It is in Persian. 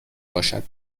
باشد